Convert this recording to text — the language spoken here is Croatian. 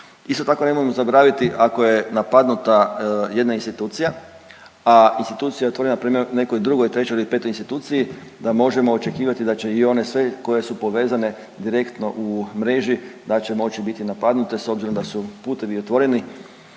Isto tako nemojmo zaboraviti, ako je napadnuta jedna institucija, a institucija je otvorena prema nekoj drugoj, trećoj ili petoj instituciji, da možemo očekivati da će i one sve koje su povezane direktno u mreži da će moći biti napadnute s obzirom da su putevi otvoreni,